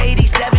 87